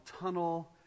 tunnel